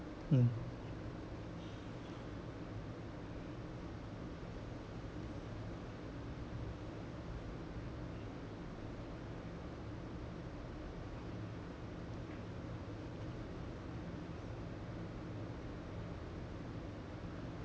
mm